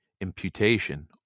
imputation